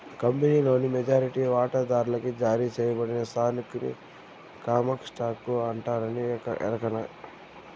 కంపినీలోని మెజారిటీ వాటాదార్లకి జారీ సేయబడిన స్టాకుని కామన్ స్టాకు అంటారని ఎరకనా